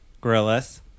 gorillas